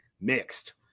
Mixed